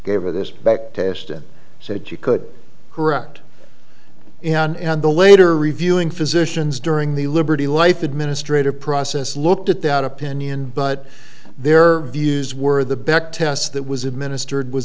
gave her this back test and said she could correct and the later reviewing physicians during the liberty life administrative process looked at that opinion but their views were the bec test that was administered was